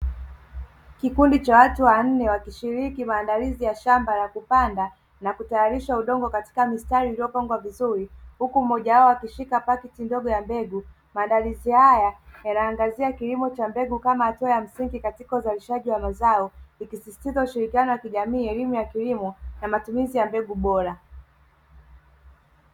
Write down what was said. kikundi cha watu wanne wakishiriki katika maandalizi ya shamba na kupanda na kutayarisha udongo katika mstari uliopangwa vizuri huku mmoja wao akishika pakiti ndogo ya mbegu, maandalizi haya yanaangazia kilimo cha mbegu, kama hatua ya msingi katika uzalishaji mazao ikisisitiza ushirikiano wa kijamii elimu ya kilimo na matumizi ya mbegu bora.